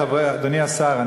אדוני השר,